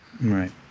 Right